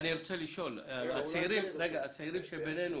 אני רוצה לשאול הצעירים שבינינו